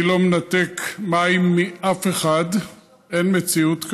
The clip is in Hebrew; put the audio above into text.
אני לא מנתק מים מאף אחד, אין מציאות כזאת.